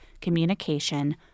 communication